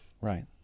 Right